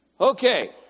Okay